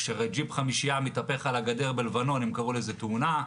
כשג'יפ חמישייה מתהפך על הגדר בלבנון הם קראו לזה "תאונה".